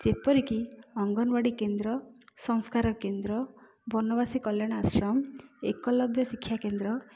ଯେପରିକି ଅଙ୍ଗନବାଡ଼ି କେନ୍ଦ୍ର ସଂସ୍କାର କେନ୍ଦ୍ର ବନବାସୀ କଲ୍ୟାଣ ଆଶ୍ରମ ଏକଲବ୍ୟ ଶିକ୍ଷାକେନ୍ଦ୍ର